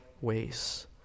ways